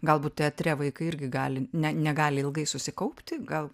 galbūt teatre vaikai irgi gali ne negali ilgai susikaupti gal